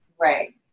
Right